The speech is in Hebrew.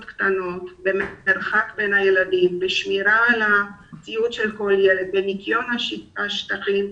קטנות תוך מרחק בין הילדים ושמירה על הציוד של כל ילד ובניקיון השטחים,